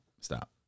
Stop